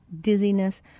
dizziness